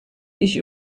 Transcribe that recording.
ich